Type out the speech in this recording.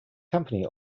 company